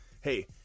Hey